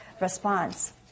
response